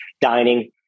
Dining